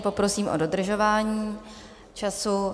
Poprosím o dodržování času.